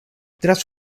tras